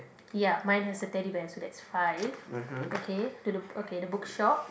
ya mine has a Teddy Bear so that's five okay to the okay the bookshop